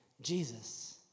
Jesus